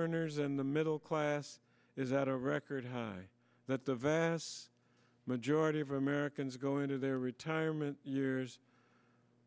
earners and the middle class is at a record high that the vast majority of americans go into their retirement years